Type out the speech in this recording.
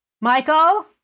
Michael